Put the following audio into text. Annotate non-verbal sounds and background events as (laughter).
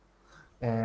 (noise) and